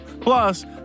Plus